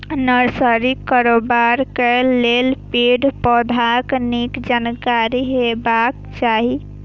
नर्सरीक कारोबार करै लेल पेड़, पौधाक नीक जानकारी हेबाक चाही